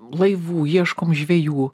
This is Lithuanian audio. laivų ieškom žvejų